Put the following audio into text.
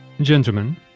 Gentlemen